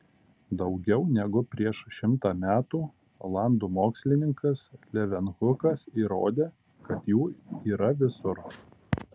daugiau negu prieš šimtą metų olandų mokslininkas levenhukas įrodė kad jų yra visur